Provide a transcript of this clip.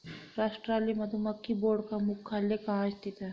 राष्ट्रीय मधुमक्खी बोर्ड का मुख्यालय कहाँ स्थित है?